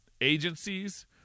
agencies